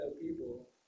people